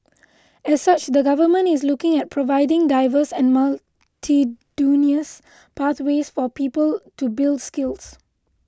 as such the Government is looking at providing diverse and multitudinous pathways for people to build skills